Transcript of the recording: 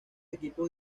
equipos